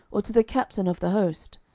or to the captain of the host?